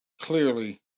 clearly